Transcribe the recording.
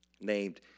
named